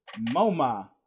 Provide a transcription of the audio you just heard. moma